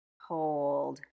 hold